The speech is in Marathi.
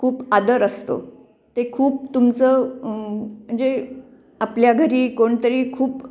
खूप आदर असतो ते खूप तुमचं म्हणजे आपल्या घरी कोण तरी खूप